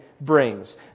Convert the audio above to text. brings